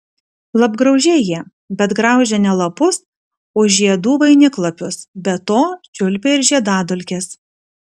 lapgraužiai jie bet graužia ne lapus o žiedų vainiklapius be to čiulpia ir žiedadulkes